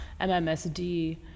mmsd